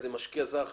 איזה משקיע זר,